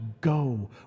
go